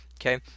Okay